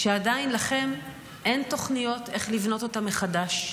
כשעדיין לכם אין תוכניות איך לבנות אותם מחדש,